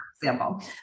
example